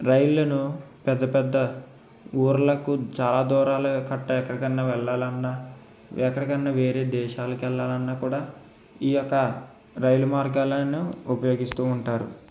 రైళ్లను పెద్దపెద్ద ఊర్లకు చాలా దూరాలు కట్ట ఎక్కడికైనా వెళ్లాలన్న ఎక్కడికన్నా వేరే దేశాలకు వెళ్లాలన్న కూడా ఈ యొక్క రైలు మార్గాలను ఉపయోగిస్తూ ఉంటారు